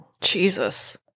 Jesus